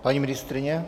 Paní ministryně?